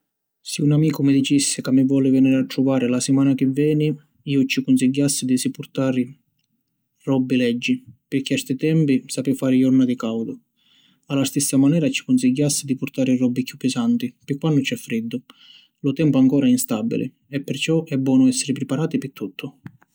Si un amicu mi dicissi ca mi voli veniri a truvari la simana chi veni, iu ci cunsigghiassi di si purtari robbi leggi pirchì a ‘sti tempi sapi fari jorna di caudu. A la stissa manera ci cunsigghiassi di purtari robbi chiù pisanti pi quannu c’è friddu. Lu tempu ancora è instabili è perciò è bonu essiri priparati pi tuttu.